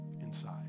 inside